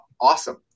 Awesome